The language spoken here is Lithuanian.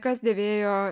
kas dėvėjo